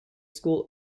school